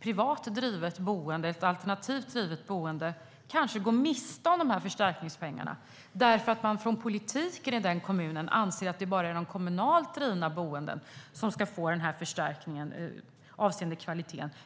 privat drivet boende, ett alternativt drivet boende, kanske går miste om förstärkningspengarna därför att man från politiskt håll i den kommunen anser att det bara är de kommunalt drivna boendena som ska få förstärkningen avseende kvaliteten.